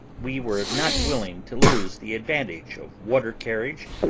we were not willing to lose the advantage of water-carriage,